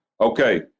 okay